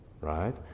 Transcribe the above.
right